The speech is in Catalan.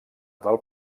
del